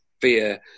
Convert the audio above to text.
fear